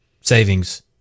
savings